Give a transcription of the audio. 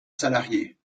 salariés